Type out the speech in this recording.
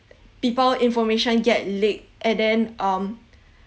people information get leaked and then um